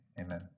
Amen